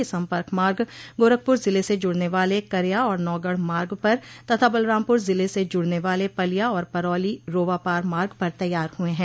यह सम्पर्क मार्ग गोरखपुर जिले से जुड़ने वाले करया और नागढ़ मार्ग पर तथा बलरामपुर जिले से जुड़ने वाले पलिया और परौली रोवापार मार्ग पर तैयार हुए हैं